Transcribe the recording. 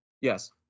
Yes